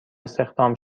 استخدام